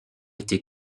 été